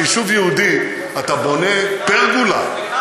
ביישוב יהודי אתה בונה פרגולה,